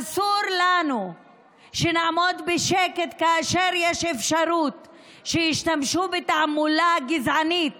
אסור לנו לעמוד בשקט כאשר יש אפשרות שישתמשו בתעמולה גזענית